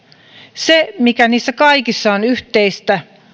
se mikä niissä kaikissa on yhteistä